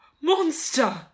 monster